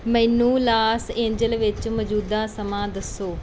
ਮੈਨੂੰ Los Angeles ਵਿੱਚ ਮੌਜੂੂਦਾ ਸਮਾਂ ਦੱਸੋ